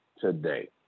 today